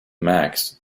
max